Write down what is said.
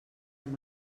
amb